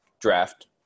draft